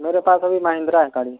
میرے پاس ابھی مہندرا ہے گاڑی